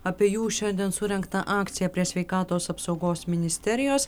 apie jų šiandien surengtą akciją prie sveikatos apsaugos ministerijos